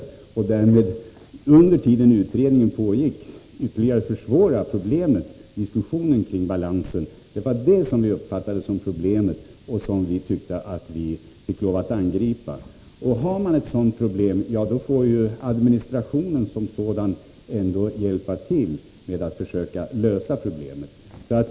De skulle därmed, under tiden som utredningsarbetet pågick, ytterligare ha förvärrat obalansen. Det var detta som vi uppfattade som problemet och som vi fick lov att angripa. Har man ett sådant problem får administrationen som sådan hjälpa till med att försöka lösa det.